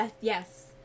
yes